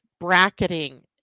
bracketing